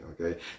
Okay